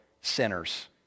sinners